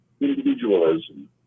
individualism